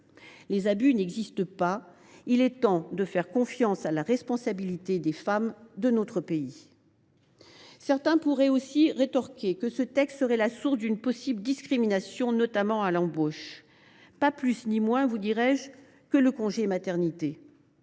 Les abus n’existent pas ; il est temps de faire confiance à la responsabilité des femmes de notre pays. Certains pourraient aussi rétorquer que l’adoption de ce texte risquerait de créer une discrimination, notamment à l’embauche. Mais ni plus ni moins, vous dirais je, que le congé maternité.